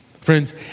Friends